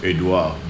Edouard